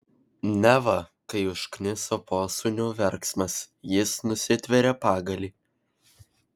neva kai užkniso posūnio verksmas jis nusitvėrė pagalį